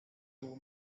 tuvo